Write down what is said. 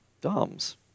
doms